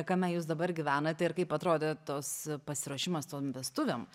kame jūs dabar gyvenate ir kaip atrodė tos pasiruošimas tom vestuvėm